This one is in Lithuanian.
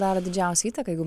daro didžiausią įtaką jeigu